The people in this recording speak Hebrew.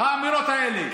האמירות האלה,